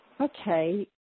okay